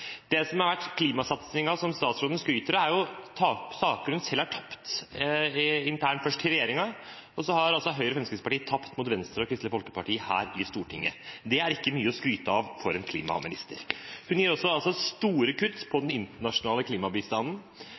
Det som har vært klimasatsingen som statsråden skryter av, er saker hun selv har tapt internt, først i regjeringen – og så har Høyre og Fremskrittspartiet tapt mot Venstre og Kristelig Folkeparti her i Stortinget. Det er ikke mye å skryte av for en klimaminister. Hun foretar altså store kutt i den internasjonale klimabistanden